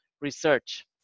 research